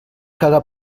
caga